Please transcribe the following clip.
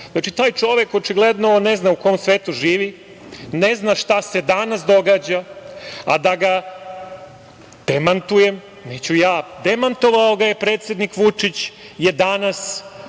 naroda. Taj čovek očigledno ne zna u kom svetu živi, ne zna šta se danas događa, a da ga demantujem neću ja. Demantovao ga je predsednik Vučić, jer je danas,